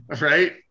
right